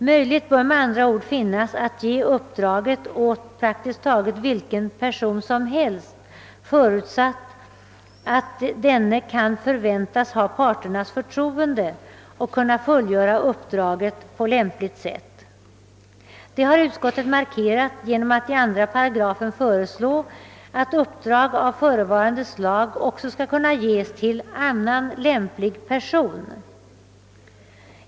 Möjlighet bör med andra ord finnas att ge uppdraget åt praktiskt taget vilken person som helst, förutsatt att vederbörande kan förväntas ha parternas förtroende och kunna fullgöra uppdraget på lämpligt sätt. Detta har utskottet markerat genom att i 2 § föreslå att uppdrag av förevarande slag också skall kunna ges till »annan lämplig person».